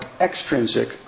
extrinsic